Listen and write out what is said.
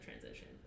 transition